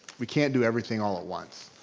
we can't do everything all at once.